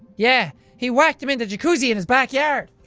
yeah he whacked him in the jacuzzi in his backyard.